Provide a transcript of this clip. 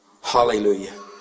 hallelujah